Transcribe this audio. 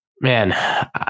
Man